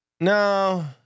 No